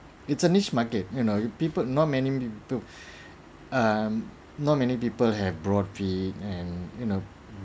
it's a niche market you know people not many people um not many people have broad feet and you know